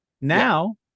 Now